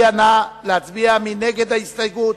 מי נגד ההסתייגות?